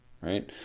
right